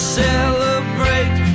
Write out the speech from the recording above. celebrate